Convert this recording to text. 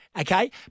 Okay